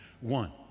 One